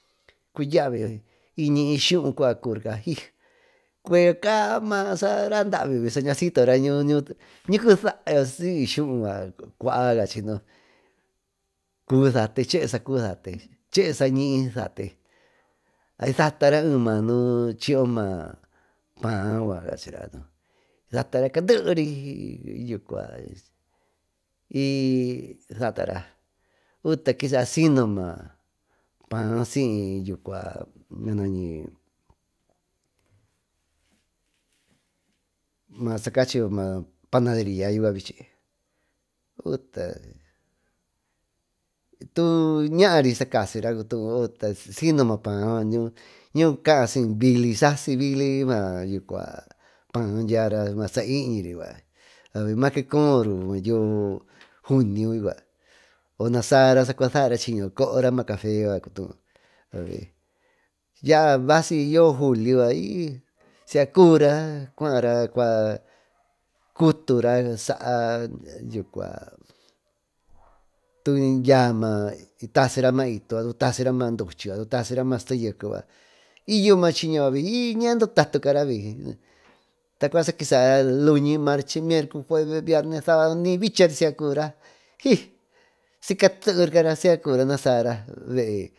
Cuyavi iñiy shuu cuba cubirea ijo cueca ma radavi sañasito nucusai siy skuu cura cubi sate siy chee sa satélite chee saañiy sate isatara bema nuchiyo paá yucua cachira candeery satara y kisaa sino maa paa siy maa yucua sacachiñi panadería vichi utale tu ñaary sacasira cutuú sino ma paa yucua nuu caa siy bily ma paa dyiara masa iñiry make cooro yoo junio yucua o nasara sacua saara chiño coora ma cafe cutuú abi ya vasi julio i sica cubira cuara cua cutura itasira maa ito yucua tasira maduchy yucua tasira maa sete yekee yucua y yo maa chiño yuca nan dutatura tacua sakisar luñi. marche miercu, jueve, viarne, savadu. Y ni bichari sica cubira ij sica teekara ska cubira nasaara bee yaara yoo julio yucua basira nasaa yoo agosto tusi cubi ma yekee.